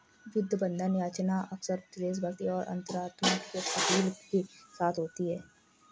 युद्ध बंधन याचना अक्सर देशभक्ति और अंतरात्मा की अपील के साथ होती है